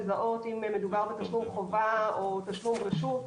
לזהות אם מדובר בתשלום חובה או תשלום רשות,